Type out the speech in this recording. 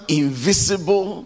invisible